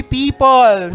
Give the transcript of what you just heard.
people